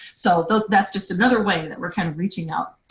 so that's just another way that we're kind of reaching out.